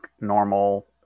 normal